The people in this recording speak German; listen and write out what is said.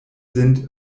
sind